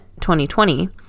2020